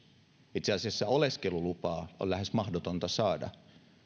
itse asiassa oleskelulupaa on lähes mahdotonta saada